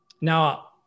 Now